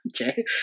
Okay